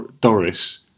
Doris